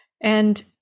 And-